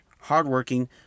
hardworking